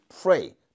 pray